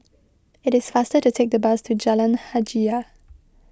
it is faster to take the bus to Jalan Hajijah